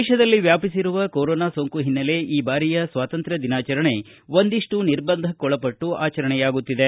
ದೇಶದಲ್ಲಿ ವ್ಯಾಪಿಸಿರುವ ಕೊರೊನಾ ಸೋಂಕು ಹಿನ್ನೆಲೆ ಈ ಬಾರಿಯ ಸ್ವಾತಂತ್ಯ ದಿನಾಚರಣೆ ಒಂದಿಷ್ಟು ನಿರ್ಬಂಧಕ್ಕೊಳಪಟ್ಟು ಆಚರಣೆಯಾಗುತ್ತಿದೆ